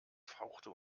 fauchte